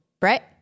Brett